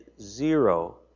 zero